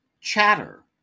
Chatter